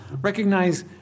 Recognize